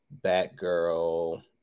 Batgirl